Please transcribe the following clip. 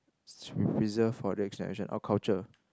should be preserved for the next generation oh culture